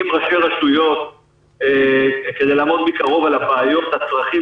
עם ראשי רשויות כדי לעמוד מקרוב על הבעיות והצרכים